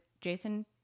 Jason